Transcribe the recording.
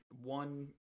one